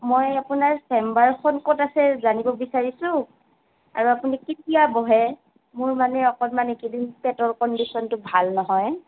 মই আপোনাৰ চেম্বাৰখন ক'ত আছে জানিব বিচাৰিছোঁ আৰু আপুনি কেতিয়া বহে মোৰ মানে এইকেইদিন পেটৰ কণ্ডিচনটো ইমান ভাল নহয়